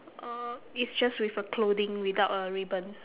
uh it's just with a clothing without a ribbon